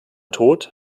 tod